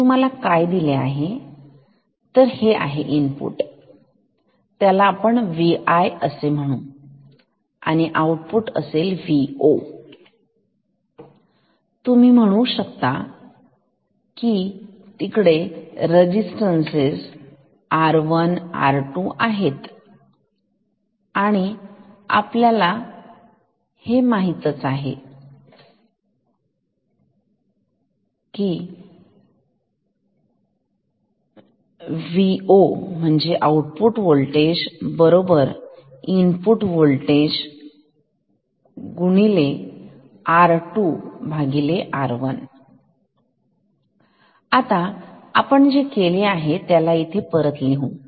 इथे तुम्हाला काय दिले आहे हे इनपुट आहे त्याला Vi असे म्हणू हे आहे आउटपुट Vo आणि तुम्ही म्हणू शकता की रजिस्टरस R1 R2 आहेत आणि आपल्याला मग माहीतीच आहे V o V i R2 R1 आता आपण जे केले आहे त्याला इथे परत लिहू